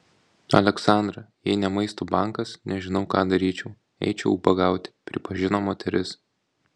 aleksandra jei ne maisto bankas nežinau ką daryčiau eičiau ubagauti pripažino moteris